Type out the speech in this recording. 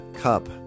Cup